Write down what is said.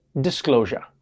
Disclosure